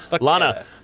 Lana